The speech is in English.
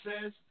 says